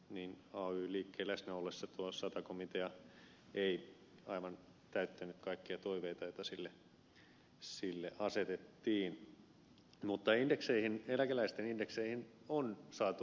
heinäluomakin tietää ay liikkeen läsnä ollessa tuo sata komitea ei aivan täyttänyt kaikkia toiveita joita sille asetettiin mutta eläkeläisten indekseihin on saatu aikaan merkittävä parannus